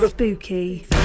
Spooky